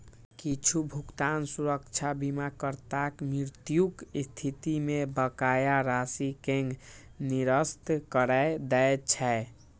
किछु भुगतान सुरक्षा बीमाकर्ताक मृत्युक स्थिति मे बकाया राशि कें निरस्त करै दै छै